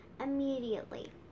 immediately